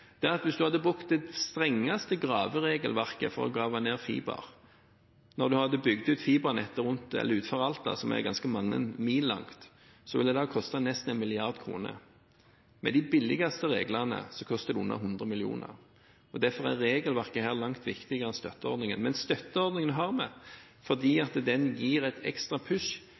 at hvis en hadde brukt det strengeste graveregelverket for å grave ned fiber, ville det når en hadde bygd ut fibernettet utenfor Alta, som er ganske mange mil langt, ha kostet nesten 1 mrd. kr. Med de billigste reglene koster det under 100 000 mill. kr. Derfor er regelverket her langt viktigere enn støtteordningen, men støtteordningen har vi fordi den gir et ekstra